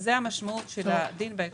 זה המשמעות של הדין בהקשר הזה.